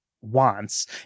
wants